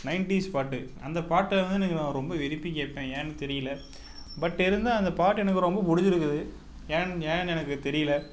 nineties பாட்டு அந்த பாட்டை வந்து ரொம்ப விரும்பி கேட்பேன் ஏன்னு தெரியலை பட்டு இருந்தால் அந்த பாட்டு எனக்கு ரொம்ப பிடிச்சிருக்குது ஏன் ஏன் எனக்கு தெரியல